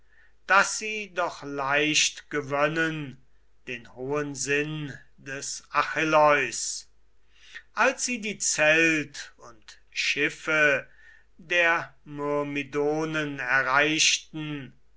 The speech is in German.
daß sie doch leicht gewönnen den hohen sinn des achilleus als sie die zelt und schiffe der myrmidonen erreichten